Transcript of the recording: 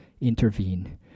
intervene